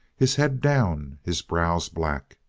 his head down, his brows black.